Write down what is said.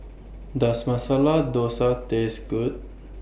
Does Masala Dosa Taste Good